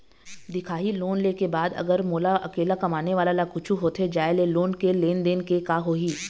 दिखाही लोन ले के बाद अगर मोला अकेला कमाने वाला ला कुछू होथे जाय ले लोन के लेनदेन के का होही?